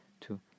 two